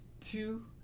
two